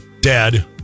dead